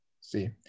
see